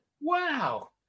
Wow